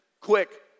quick